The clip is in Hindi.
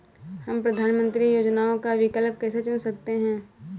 हम प्रधानमंत्री योजनाओं का विकल्प कैसे चुन सकते हैं?